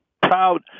proud